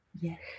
Yes